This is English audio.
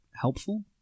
helpful